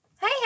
hey